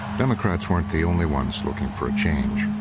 democrats weren't the only ones looking for a change.